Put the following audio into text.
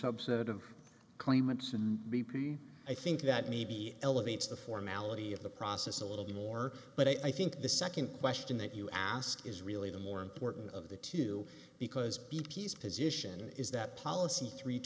subset of claimants and b p i think that maybe elevates the formality of the process a little bit more but i think the second question that you ask is really the more important of the two because b p is position is that policy three